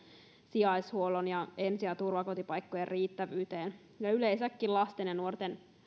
sijaishuollon ja ensi ja turvakotipaikkojen riittävyyteen ja yleensäkin näkee lasten ja nuorten